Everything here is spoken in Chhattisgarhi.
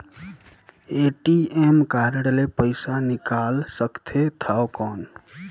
ए.टी.एम कारड ले पइसा निकाल सकथे थव कौन?